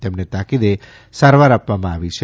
તેમને તાકીદે સારવાર આપવામાં આવી છે